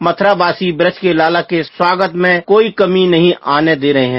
मथुराबासी ब्रज के लाला के स्वागत में कोई कमी नहीं आने दे रहे है